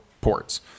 ports